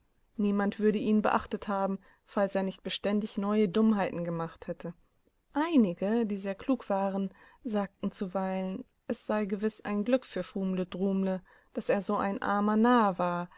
niemand würde ihn beachtet haben falls er nicht beständig neue dummheiten gemacht hätte einige die sehr klug waren sagten zuweilen es sei gewiß ein glück für fumle drumle daß er so ein armernarrwar